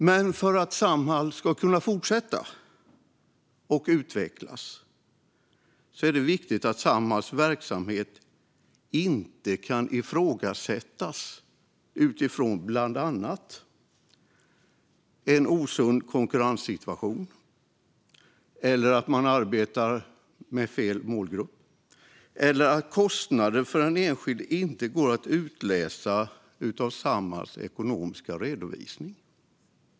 Men för att Samhall ska kunna fortsätta att utvecklas är det viktigt att Samhalls verksamhet inte kan ifrågasättas utifrån till exempel att den skapar en osund konkurrenssituation, att man arbetar med fel målgrupp eller att kostnaden för den enskilde inte går att utläsa av den ekonomiska redovisningen.